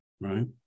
Right